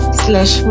slash